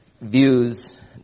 views